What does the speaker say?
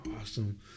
awesome